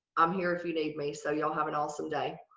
i'm here if you need me so you all have an awesome day.